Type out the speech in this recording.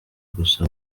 gusa